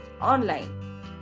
online